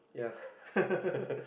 yeah